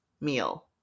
meal